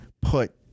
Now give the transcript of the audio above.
put